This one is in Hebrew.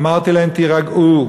אמרתי להם: תירגעו.